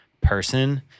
person